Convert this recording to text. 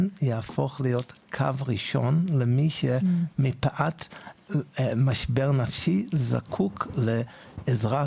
יהפוך להיות קו ראשון למי שמפאת משבר נפשי זקוק לעזרה,